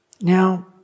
Now